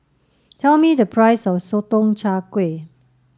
tell me the price of Sotong Char Kway